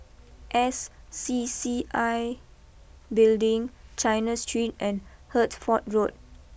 S C C I Building China Street and Hertford Road